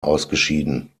ausgeschieden